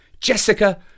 Jessica